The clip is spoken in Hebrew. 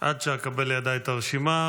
עד שאקבל לידיי את הרשימה,